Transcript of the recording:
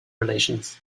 relations